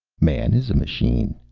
man is a machine.